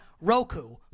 Roku